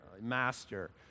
master